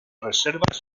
reservas